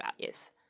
values